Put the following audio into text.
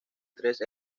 tres